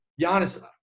Giannis